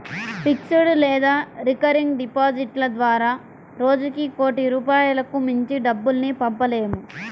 fixed లేదా recurring డిపాజిట్ల ద్వారా రోజుకి కోటి రూపాయలకు మించి డబ్బుల్ని పంపలేము